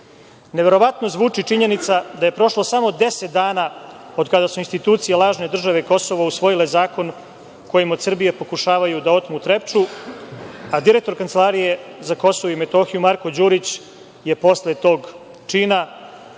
Neverovatno zvuči činjenica da je prošlo samo deset dana od kada su institucije lažne države Kosovo usvojile zakon kojim od Srbije pokušavaju da otmu „Trepču“, a direktor Kancelarije za Kosovo i Metohiju, Marko Đurić je posle tog čina,